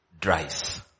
Dries